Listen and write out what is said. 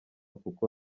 kuko